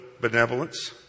benevolence